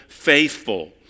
faithful